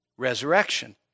Resurrection